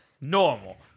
Normal